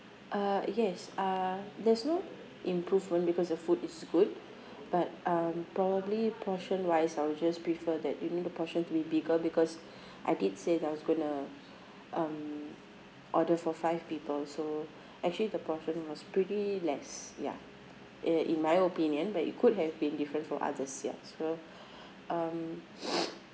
uh yes uh there's no improvement because the food is good but um probably portion wise I will just prefer that you make the portion to be bigger because I did say that I was gonna um order for five people so actually the portion was pretty less ya eh in my opinion but you could have been different for others ya so um